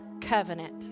covenant